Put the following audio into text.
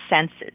senses